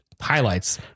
highlights